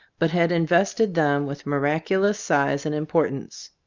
but had invested them with miraculous size and importance.